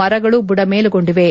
ಮರಗಳು ಬುಡಮೇಲುಗೊಂಡಿವೆ